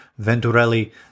Venturelli